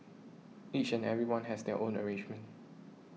each and everyone has their own arrangement